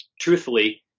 truthfully